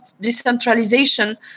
decentralization